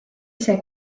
ise